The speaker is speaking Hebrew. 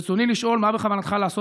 ברצוני לשאול: 1. מה בכוונתך לעשות